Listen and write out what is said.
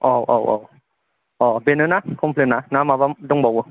अ औ औ अ बेनोना कमप्लेना ना माबा दंबावो